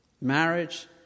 Marriage